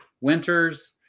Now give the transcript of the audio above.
winters